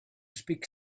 speak